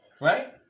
right